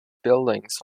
buildings